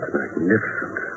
magnificent